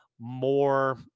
more